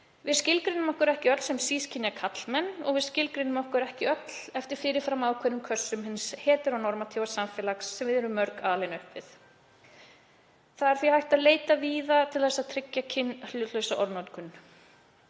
Við skilgreinum okkur ekki öll sem sískynja karlmenn og við skilgreinum okkur ekki öll eftir fyrir fram ákveðnum kössum hins heterónormatíva samfélags sem við erum mörg alin upp við. Því er hægt að leita víða til að tryggja kynhlutlausa orðnotkun.